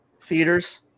Theaters